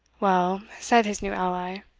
well, said his new ally,